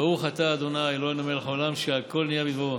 גם בעולם וגם אצלנו עובדים בקדחתנות למצוא פתרונות.